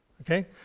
Okay